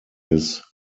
his